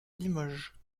limoges